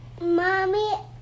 Mommy